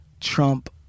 Trump